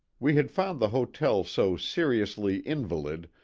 we had found the hotel so seriously invalid,